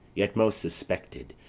yet most suspected,